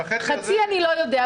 והחצי הזה --- חצי אני לא יודע,